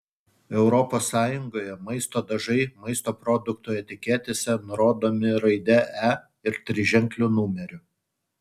europos sąjungoje maisto dažai maisto produktų etiketėse nurodomi raide e ir triženkliu numeriu